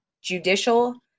judicial